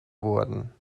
wurden